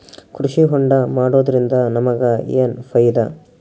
ಕೃಷಿ ಹೋಂಡಾ ಮಾಡೋದ್ರಿಂದ ನಮಗ ಏನ್ ಫಾಯಿದಾ?